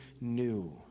new